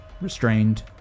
restrained